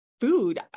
food